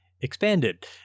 expanded